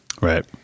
Right